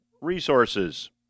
resources